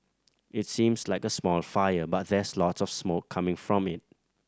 it seems like a small fire but there's lots of smoke coming from it